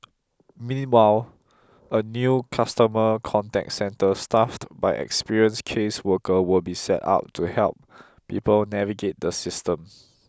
meanwhile a new customer contact centre staffed by experienced caseworker will be set up to help people navigate the system